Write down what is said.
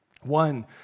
One